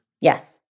Yes